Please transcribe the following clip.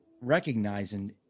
recognizing